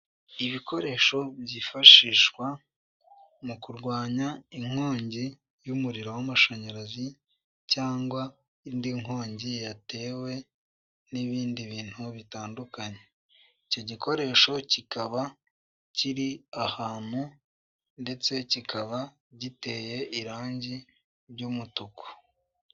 Ibikoresho byifashishwa mu kurwanya inkongi y'umuriro w'amashanyarazi cyangwa indi nkongi yatewe n'ibindi bintu bitandukanye. Iki gikoresho kikaba kiri ahantu ndetse kikaba giteye irange ry'umutuku.